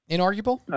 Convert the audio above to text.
Inarguable